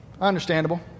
Understandable